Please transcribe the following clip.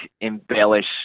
embellish